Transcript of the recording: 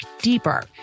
deeper